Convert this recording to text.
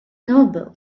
noble